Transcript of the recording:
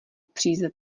příze